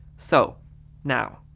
so now,